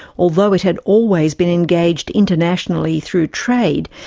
although it had always been engaged internationally through trade,